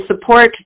support